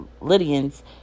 Lydians